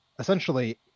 essentially